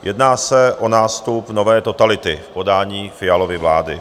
Jedná se o nástup nové totality v podání Fialovy vlády.